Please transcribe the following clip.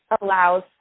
allows